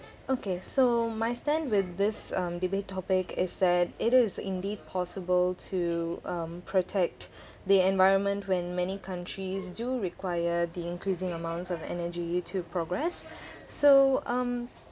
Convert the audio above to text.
okay so my stand with this um debate topic is that it is indeed possible to um protect the environment when many countries do require the increasing amounts of energy to progress so um